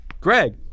Greg